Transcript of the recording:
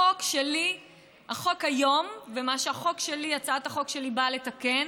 החוק היום, מה שהצעת החוק שלי באה לתקן